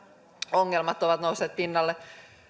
ongelmat ovat nousseet pinnalle